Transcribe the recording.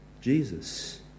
Jesus